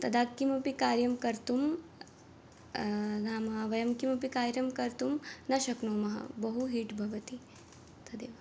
तदा किमपि कार्यं कर्तुं नाम वयं किमपि कार्यं कर्तुं न शक्नुमः बहु हीट् भवति तदेव